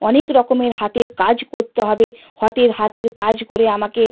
অনেক রকমের হাতের কাজ করতে হবে হাতের কাজ করে আমাকে